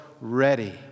ready